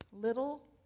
Little